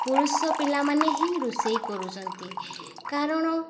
ପୁରୁଷ ପିଲାମାନେ ହିଁ ରୋଷେଇ କରୁଛନ୍ତି କାରଣ